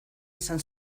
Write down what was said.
esan